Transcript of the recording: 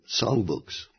songbooks